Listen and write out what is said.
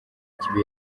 kibi